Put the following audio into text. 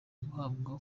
guhabwa